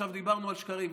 עכשיו דיברנו על שקרים,